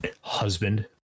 husband